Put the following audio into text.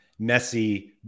Messi